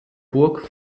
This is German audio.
burg